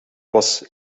was